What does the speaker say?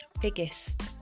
biggest